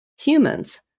humans